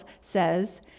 says